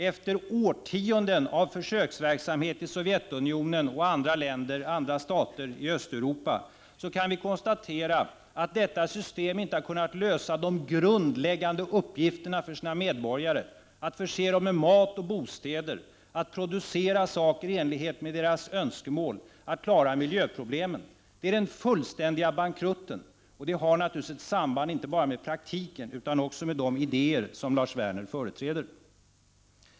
Efter årtionden av försöksverksamhet i Sovjetunionen och andra stater i Östeuropa kan vi konstatera att detta system inte har kunnat lösa de grundläggande uppgifterna för medborgarna — att förse dem med mat och bostäder, att producera saker i enlighet med deras önskemål, att klara miljöproblemen. Det är den fullständiga bankrutten, och det har naturligtvis ett samband inte bara med praktiken utan också med de idéer som Lars Werner företräder.